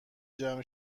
جمع